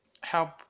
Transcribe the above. help